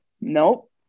Nope